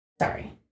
Sorry